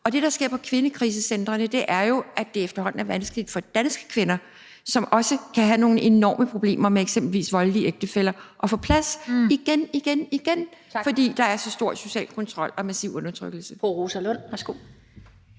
Og det, der sker på kvindekrisecentrene, er jo, at det efterhånden er vanskeligt for danske kvinder, som også kan have nogle enorme problemer med eksempel voldelige ægtefæller, at få plads – igen, igen, fordi der er så stor social kontrol og massiv undertrykkelse. Kl. 13:07 Den fg. formand